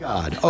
God